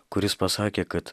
kuris pasakė kad